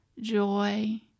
joy